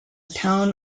town